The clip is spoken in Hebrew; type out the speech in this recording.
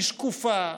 היא שקופה,